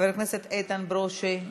חבר הכנסת איתן ברושי,